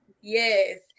Yes